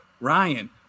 Ryan